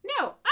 No